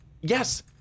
yes